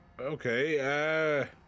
okay